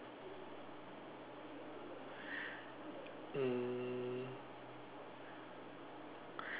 mm